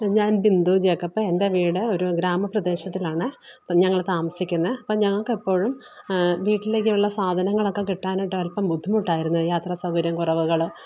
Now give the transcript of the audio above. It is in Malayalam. ഞാന് ബിന്ദു ജേക്കബ് എന്റെ വീട് ഒരു ഗ്രാമപ്രദേശത്തിലാണ് അപ്പം ഞങ്ങൾ താമസിക്കുന്നത് അപ്പം ഞങ്ങൾക്കെപ്പോഴും വീട്ടിലേക്കുള്ള സാധനങ്ങളൊക്കെ കിട്ടാനായിട്ടൊരല്പ്പം ബുദ്ധിമുട്ടായിരുന്നു യാത്ര സൗകര്യം കുറവുകൾ